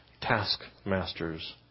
taskmasters